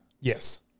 Yes